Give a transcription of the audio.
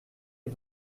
est